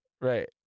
right